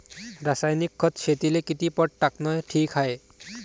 रासायनिक खत शेतीले किती पट टाकनं ठीक हाये?